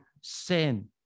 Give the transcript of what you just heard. sin